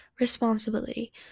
responsibility